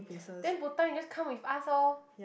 then Butan you just come with us lor